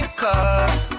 cause